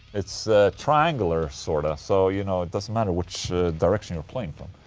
it's triangular sort of. so, you know, it doesn't matter which direction you're playing from.